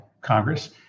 Congress